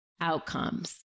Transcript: outcomes